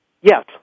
Yes